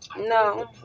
No